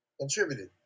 Contributed